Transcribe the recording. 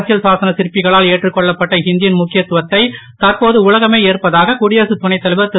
அரசியல்சாசன சிற்பிகளால் ஏற்றுக்கொள்ளப்பட்ட ஹிந்தி யின் முக்கியத்துவத்தை தற்போது உலகமே ஏற்பதாக குடியரசுத் துணைத்தலைவர் திரு